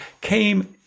came